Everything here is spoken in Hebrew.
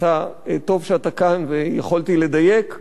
טוב שאתה כאן ויכולתי לדייק,